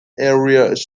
areas